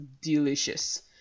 delicious